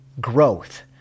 growth